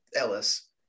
ellis